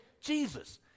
Jesus